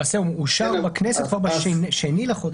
למעשה הוא אושר בכנסת כבר ב-2 לחודש,